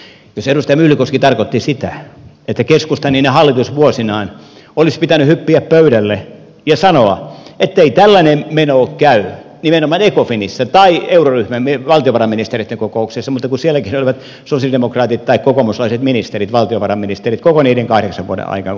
jos edustaja myllykoski tarkoitti sitä että keskustan niinä hallitusvuosinaan olisi pitänyt hyppiä pöydälle ja sanoa ettei tällainen meno käy nimenomaan ecofinissä tai euroryhmän valtiovarainministereitten kokouksessa mutta kun sielläkin olivat sosialidemokraatit tai kokoomuslaiset ministerit valtiovarainministerit koko niiden kahdeksan vuoden aikaan kun minäkin olin ministerinä